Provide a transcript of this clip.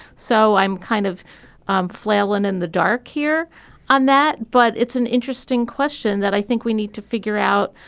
so i'm kind of um flailing in the dark here on that but it's an interesting question that i think we need to figure out.